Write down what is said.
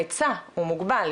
ההיצע הוא מוגבל,